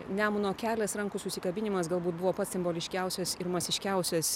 nemuno kelias rankų susikabinimas galbūt buvo pats simboliškiausias ir masiškiausias